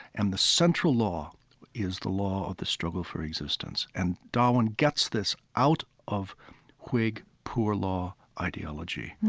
and the central law is the law of the struggle for existence, and darwin gets this out of whig poor law ideology,